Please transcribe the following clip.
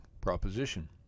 proposition